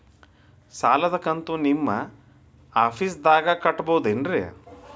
ಸಾಲದ ಕಂತು ನಿಮ್ಮ ಆಫೇಸ್ದಾಗ ಕಟ್ಟಬಹುದೇನ್ರಿ?